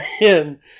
Man